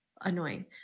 annoying